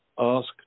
ask